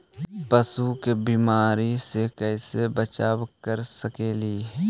पशु के बीमारी से कैसे बचाब कर सेकेली?